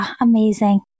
amazing